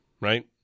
Right